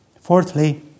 Fourthly